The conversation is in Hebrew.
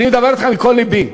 אני מדבר אתך מכל לבי,